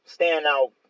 standout